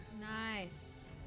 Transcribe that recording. Nice